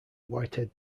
whitehead